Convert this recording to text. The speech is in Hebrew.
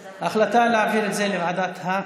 ההחלטה היא להעביר את זה לוועדת הכספים.